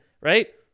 right